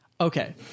Okay